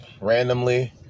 randomly